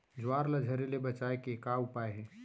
ज्वार ला झरे ले बचाए के का उपाय हे?